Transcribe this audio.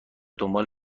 دنبال